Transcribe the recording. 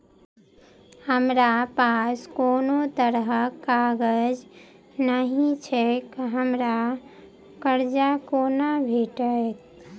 हमरा पास कोनो तरहक कागज नहि छैक हमरा कर्जा कोना भेटत?